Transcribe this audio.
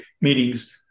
meetings